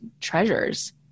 treasures